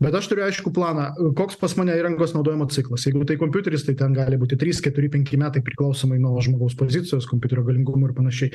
bet aš turiu aiškų planą koks pas mane įrangos naudojimo ciklas jeigu tai kompiuteris tai ten gali būti trys keturi penki metai priklausomai nuo žmogaus pozicijos kompiuterio galingumo ir panašiai